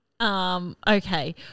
Okay